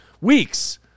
weeks